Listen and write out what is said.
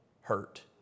hurt